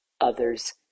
others